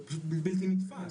זה פשוט בלתי נתפס.